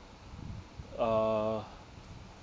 uh